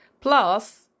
Plus